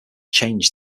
changed